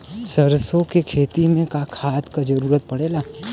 सरसो के खेती में का खाद क जरूरत पड़ेला?